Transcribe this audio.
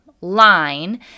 line